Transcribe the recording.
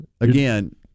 again